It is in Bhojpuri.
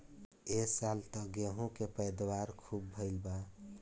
ए साल त गेंहू के पैदावार खूब भइल बा